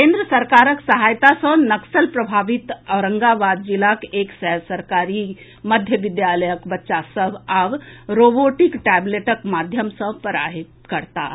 केन्द्र सरकारक सहायता सँ नक्सल प्रभावित औरंगाबाद जिलाक एक सय सरकारी मध्य विद्यालयक बच्चा सभ आब रोबोटिक टैबलेट माध्यम सँ पढ़ाई करताह